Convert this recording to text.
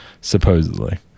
supposedly